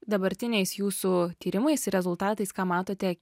dabartiniais jūsų tyrimais ir rezultatais ką matote